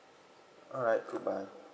alright goodbye